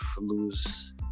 lose